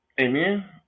Amen